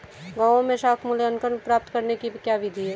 गाँवों में साख मूल्यांकन प्राप्त करने की क्या विधि है?